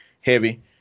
heavy